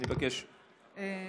אני מבקש לסכם.